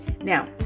Now